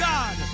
God